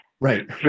Right